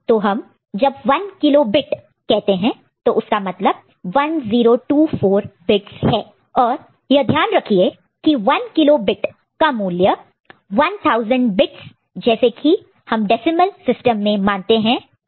तो जब हम कहते हैं 1 किलो बिट तो उसका मतलब 1024 बिट्स है और यह ध्यान रखिए की 1 किलो बिट का मूल्य 1000 बिट्स जैसे कि हम डेसिमल सिस्टम में मानते हैं नहीं वैसा नहीं है